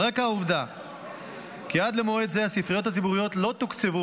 על רקע העובדה כי עד למועד זה הספריות הציבוריות לא תוקצבו